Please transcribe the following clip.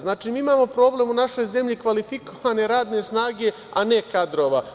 Znači, mi imamo problem u našoj zemlji kvalifikovane radne snage, a ne kadrova.